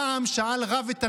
פעם שאל רב את תלמידיו: